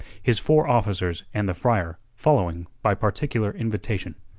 his four officers and the friar following by particular invitation.